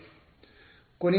ವಿದ್ಯಾರ್ಥಿ ಕೊನೆಯ